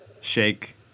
Shake